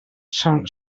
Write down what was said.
són